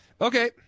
Okay